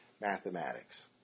mathematics